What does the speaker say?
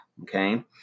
okay